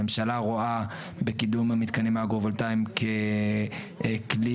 הממשלה רואה בקידום המתקנים האגרו-וולטאים ככלי